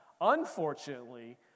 Unfortunately